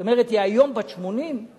זאת אומרת, היא היום בת 80 ואילך,